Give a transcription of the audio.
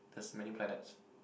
there's many planets